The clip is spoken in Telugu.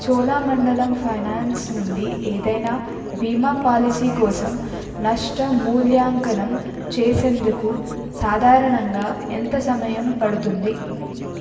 చోళా మండలం ఫైనాన్స్ నుండి ఏదైనా భీమా పాలసీ కోసం నష్ట మూల్యాంకనం చేసేందుకు సాధారణంగా ఎంత సమయం పడుతుంది